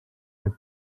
were